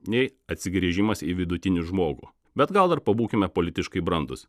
nei atsigręžimas į vidutinį žmogų bet gal ir pabūkime politiškai brandus